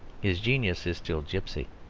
his genius is still gipsy.